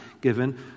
given